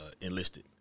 enlisted